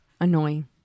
Annoying